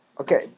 Okay